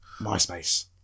MySpace